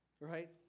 right